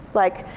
like,